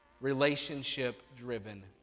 Relationship-driven